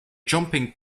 jumping